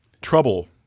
trouble